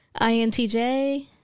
INTJ